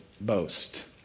boast